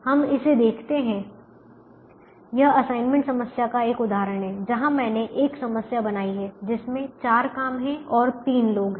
हम इसे देखते हैं यह असाइनमेंट समस्या का एक उदाहरण है जहां मैंने एक समस्या बनाई है जिसमें 4 काम हैं और 3 लोग हैं